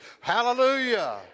hallelujah